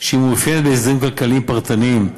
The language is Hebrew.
שהיא מאופיינת בהסדרים כלכליים פרטניים,